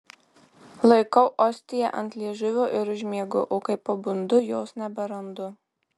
laikau ostiją ant liežuvio ir užmiegu o kai pabundu jos neberandu